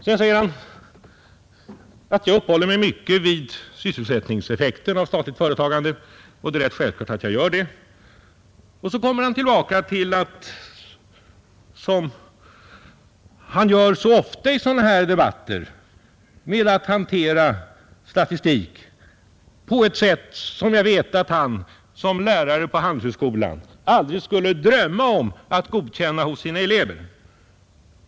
Sedan säger herr Burenstam Linder att jag uppehåller mig mycket vid sysselsättningseffekten av statligt företagande. Det är rätt självklart att jag gör det. Och så kommer han tillbaka — som han gör så ofta i sådana här debatter — till att hantera statistik på ett sätt som jag vet att han som lärare på Handelshögskolan aldrig skulle drömma om att godkänna hos Nr 53 sina elever.